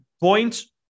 points